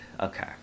Okay